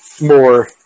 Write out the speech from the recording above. more